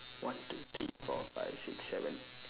one two three four five six seven